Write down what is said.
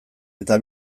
eta